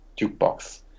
jukebox